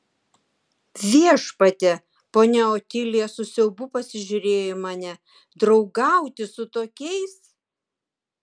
viešpatie ponia otilija su siaubu pasižiūrėjo į mane draugauti su tokiais